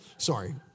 Sorry